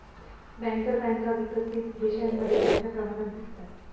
banker बँका विकसित देशांमध्ये मोठ्या प्रमाणात दिसतात